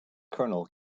kernel